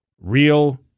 real